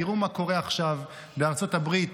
תראו מה קורה עכשיו בארצות הברית.